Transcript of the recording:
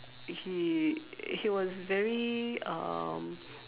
he he was very um